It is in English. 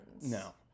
No